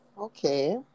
Okay